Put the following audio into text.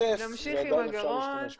שוטף ועדיין אפשר להשתמש בזה.